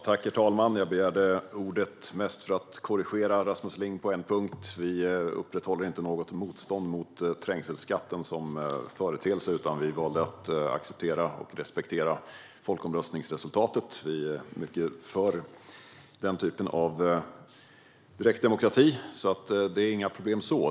Herr talman! Jag begärde mest replik för att korrigera Rasmus Ling på en punkt. Vi upprätthåller inte något motstånd mot trängselskatten som företeelse. Vi valde att acceptera och respektera folkomröstningsresultatet. Vi är för den typen av direkt demokrati. Det är alltså inga problem.